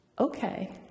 Okay